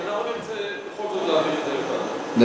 נרצה בכל זאת להעביר את זה לוועדה.